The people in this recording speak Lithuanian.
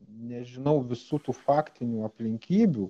nežinau visų tų faktinių aplinkybių